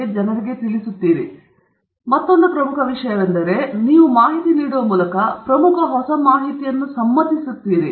ಆದ್ದರಿಂದ ನೀವು ಪ್ರಕ್ರಿಯೆಯಲ್ಲಿ ಮಾಡುತ್ತಿರುವ ಮತ್ತೊಂದು ಪ್ರಮುಖ ವಿಷಯವೆಂದರೆ ಆದ್ದರಿಂದ ನೀವು ಮಾಹಿತಿ ನೀಡುವ ಮೂಲಕ ಪ್ರಮುಖ ಹೊಸ ಮಾಹಿತಿಯನ್ನು ಸಮ್ಮತಿಸುತ್ತೀರಿ